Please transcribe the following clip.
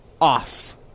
Off